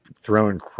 throwing